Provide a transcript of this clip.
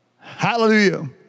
Hallelujah